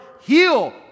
heal